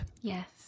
Yes